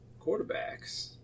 quarterbacks